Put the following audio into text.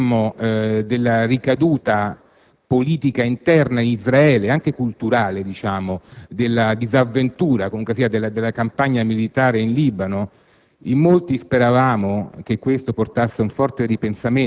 Altro discorso riguarda Israele: quando discutemmo della ricaduta politica interna, anche culturale, in questo Paese, della disavventura e, comunque sia, della campagna militare in Libano,